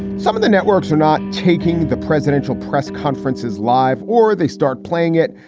some of the networks are not taking the presidential press conferences live or they start playing it,